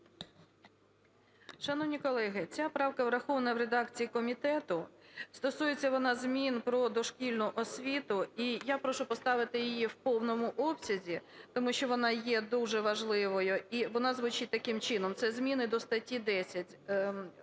Шановні колеги, ця правка врахована в редакції комітету. Стосується вона змін про дошкільну освіту. І я прошу поставити її в повному обсязі, тому що вона є дуже важливою, і вона звучить таким чином, це зміни до статті 10: